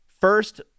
first